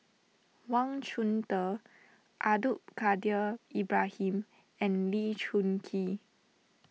Wang Chunde Abdul Kadir Ibrahim and Lee Choon Kee